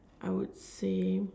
I would say